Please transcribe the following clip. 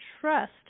trust